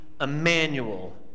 Emmanuel